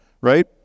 Right